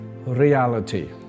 reality